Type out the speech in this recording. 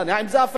התשובה היא כן.